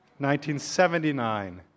1979